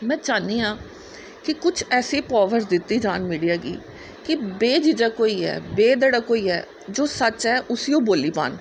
में चाह्नियां कि कुछ ऐसी पावर दित्ती जान मिडिया गी कि बेझिझक होइयै बेधड़क होइयै जो सच ऐ उसी ओह् बोली पान